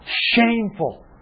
shameful